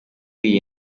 iyi